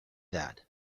that